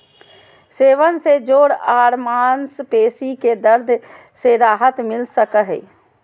सेवन से जोड़ आर मांसपेशी के दर्द से राहत मिल सकई हई